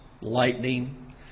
lightning